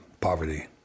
poverty